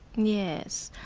yes.